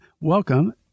welcome